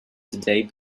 today